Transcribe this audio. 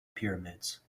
pyramids